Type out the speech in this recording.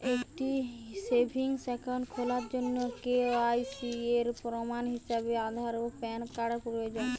একটি savings account খোলার জন্য কে.ওয়াই.সি এর প্রমাণ হিসাবে আধার ও প্যান কার্ড প্রয়োজন